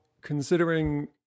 considering